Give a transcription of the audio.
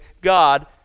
God